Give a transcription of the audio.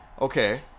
Okay